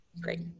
Great